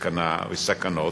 סכנות